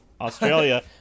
Australia